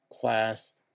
class